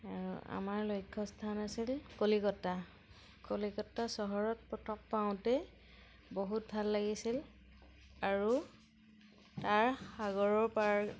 আমাৰ লক্ষ্য স্থান আছিল কলিকতা কলিকতা চহৰত প্ৰথম পাওঁতে বহুত ভাল লাগিছিল আৰু তাৰ সাগৰৰ পাৰ